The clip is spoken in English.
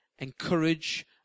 encourage